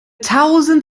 tausend